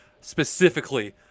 specifically